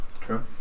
True